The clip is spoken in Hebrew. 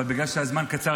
אבל בגלל שהזמן קצר,